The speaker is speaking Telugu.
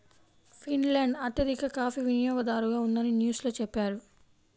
ఫిన్లాండ్ అత్యధిక కాఫీ వినియోగదారుగా ఉందని న్యూస్ లో చెప్పారు